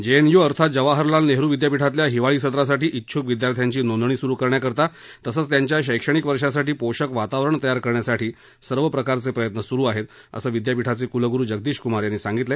जे N U अर्थात जवाहरलाल नेहरू विद्यापीठातल्या हिवाळी सत्रासाठी उछ्क विद्यार्थ्यांची नोंदणी सुरू करण्याकरता तसंच त्यांच्या शैक्षणिक वर्षासाठी पोषक वातावरण तयार करण्यासाठी सर्व प्रकारचे प्रयत्न सुरू आहेत असं विद्यापीठाचे कुलगुरू जगदीश कुमार यांनी सांगितलं